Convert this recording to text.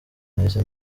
nahise